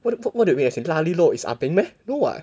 what what what do you mean lah leh lor is ah beng meh no what